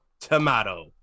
tomato